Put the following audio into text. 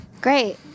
Great